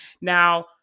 Now